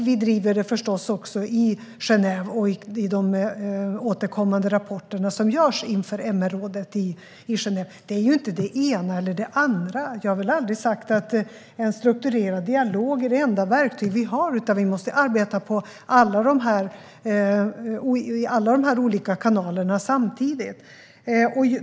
Vi driver det förstås också i Genève och i de återkommande rapporter som läggs fram för MR-rådet i Genève. Det är inte det ena eller det andra. Jag har väl aldrig sagt att en strukturerad dialog är det enda verktyg vi har. Vi måste arbeta i alla dessa olika kanaler samtidigt.